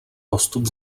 postup